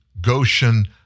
Goshen